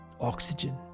oxygen